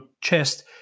chest